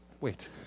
wait